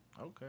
Okay